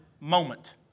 moment